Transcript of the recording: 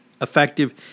effective